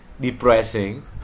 depressing